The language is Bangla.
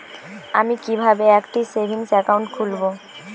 আমি কিভাবে একটি সেভিংস অ্যাকাউন্ট খুলব?